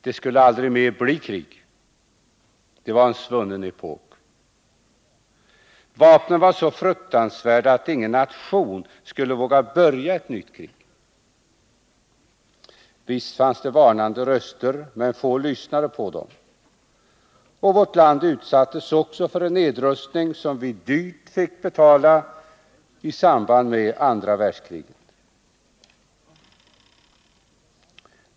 ”Det skulle aldrig mer bli krig.” ”Det var en svunnen epok.” ”Vapnen var så fruktansvärda att ingen nation skulle våga börja ett nytt krig.” Visst fanns det varnande röster, men få lyssnade på dem. Och vårt land utsattes också för en nedrustning som vi dyrt fick betala i samband med andra världskriget.